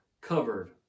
covered